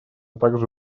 также